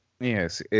Yes